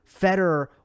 Federer